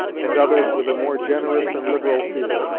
and others with a more generous and liberal feeling.